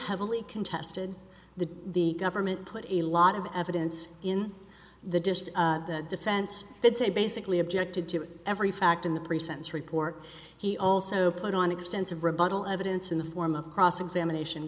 heavily contested the the government put a lot of evidence in the distance the defense did say basically objected to every fact in the pre sentence report he also put on extensive rebuttal evidence in the form of cross examination